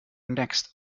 next